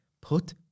Put